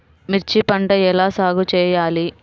మిర్చి పంట ఎలా సాగు చేయాలి?